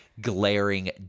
glaring